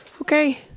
Okay